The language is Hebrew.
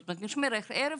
זאת אומרת, משמרת ערב